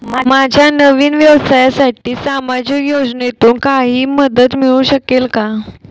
माझ्या नवीन व्यवसायासाठी सामाजिक योजनेतून काही मदत मिळू शकेल का?